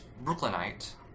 Brooklynite